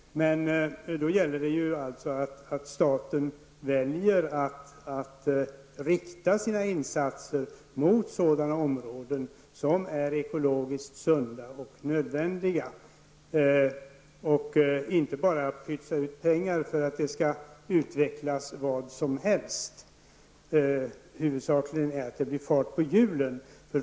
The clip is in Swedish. Men då gäller det att staten väljer att rikta sina insatser mot områden som är ekologiskt sunda och nödvändiga. Man får inte bara pytsa ut pengar för att vad som helst skall utvecklas; huvudsaken är att det blir fart på hjulen.